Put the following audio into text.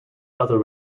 other